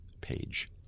page